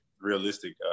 realistic